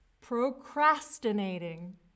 procrastinating